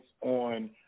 on